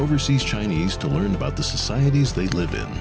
overseas chinese to learn about the societies they live i